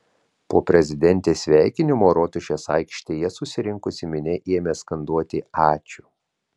po prezidentės sveikinimo rotušės aikštėje susirinkusi minia ėmė skanduoti ačiū